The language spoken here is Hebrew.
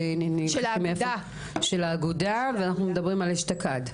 של האגודה, מאשתקד.